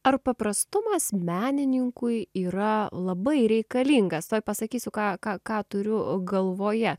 ar paprastumas menininkui yra labai reikalingas tuoj pasakysiu ką ką ką turiu galvoje